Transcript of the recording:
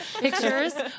pictures